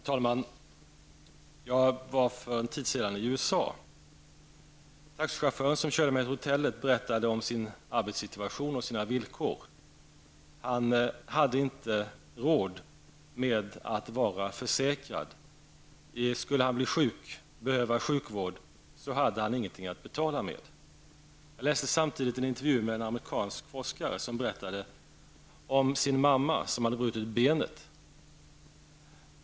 Herr talman! Jag var för en tid sedan i USA. Taxichauffören som körde mig till hotellet berättade om sin arbetssituation och sina villkor. Han hade inte råd med att vara försäkrad. Skulle han behöva sjukvård, hade han inget att betala med. Jag läste samtidigt en intervju med en amerikansk forskare som berättade om sin mamma som hade brutit benet.